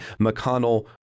McConnell